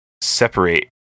separate